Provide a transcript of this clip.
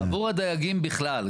עבור הדייגים בכלל,